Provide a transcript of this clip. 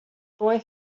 boy